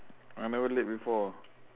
I never late before